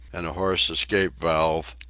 and a hoarse escape valve,